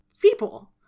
people